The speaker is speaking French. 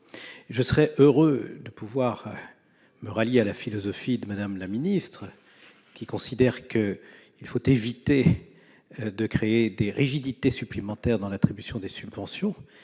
Je serais heureux de me rallier à la philosophie de Mme la ministre, qui considère qu'il faut éviter de créer des rigidités supplémentaires dans l'attribution des subventions,